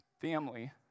family